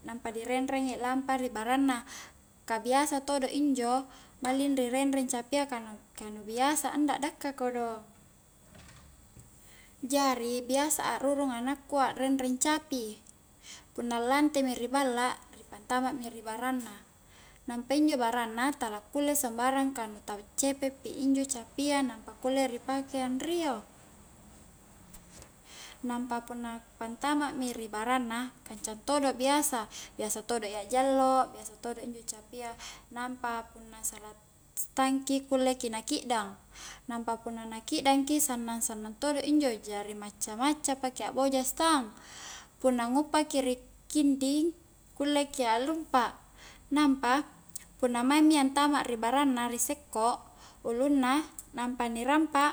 Nampa direnrengi lampa ri baranna ka biasa todo injo malling rirenreng capia ka nu-ka nu biasa anda dakka kodong jari biasa akrurunga anakku akrenreng capi punna lante mi ri balla ri pantama mi ri baranna napa injo baranna taa kule sumbarang ka nu ta'cepe pi injo capia nampa kulle ni pake anrio nampa punna ku pantama mi ri baranna kacang todo biasa, biasa to i akjallo, biasa todo injo capia nampa punna salastangki kulleki na kiddang, nampa punna na kiddang ki sannang-sannang todo injo, jari macca-macca paki akboja stang punna nguppaki ri kinding kulle ki aklumpa, nampa punna maing mi antama ri baranna ri sekko ulunna nampa ni rampa